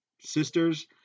sisters